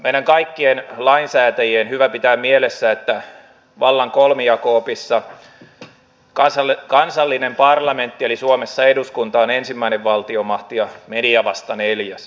meidän kaikkien lainsäätäjien on hyvä pitää mielessä että vallan kolmijako opissa kansallinen parlamentti eli suomessa eduskunta on ensimmäinen valtiomahti ja media vasta neljäs